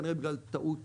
כנראה בגלל טעות